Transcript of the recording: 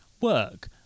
work